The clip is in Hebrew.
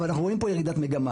אבל אנחנו רואים פה מגמת ירידה.